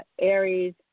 Aries